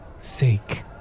sake